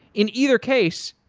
in either case,